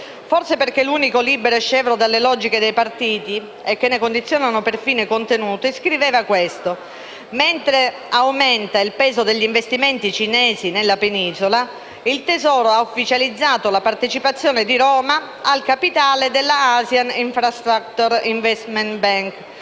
forse perché è l'unico libero e scevro dalle logiche dei partiti che ne condizionano perfino i contenuti - quanto segue: «Mentre aumenta il peso degli investimenti cinesi nella Penisola, il Tesoro ha ufficializzato la partecipazione di Roma al capitale della Asian infrastructure investment bank,